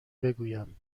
بگویم